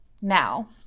Now